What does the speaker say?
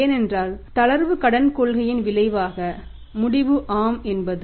ஏனென்றால் தளர்வு கடன் கொள்கையின் விளைவாக முடிவு ஆம் என்பது